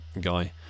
guy